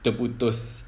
terputus